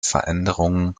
veränderungen